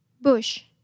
Bush